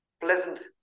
pleasant